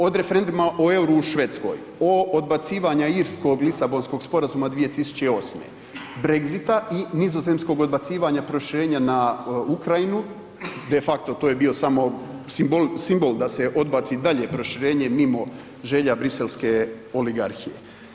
Od referenduma o EUR-u u Švedskoj, o odbacivanja Irskog Lisabonskog sporazuma 2008., Brexita i Nizozemskog odbacivanja proširenja na Ukrajinu, de facto to je bio samo simbol da se odbaci dalje proširenje mimo želja briselske oligarhije.